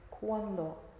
cuando